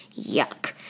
Yuck